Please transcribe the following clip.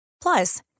Plus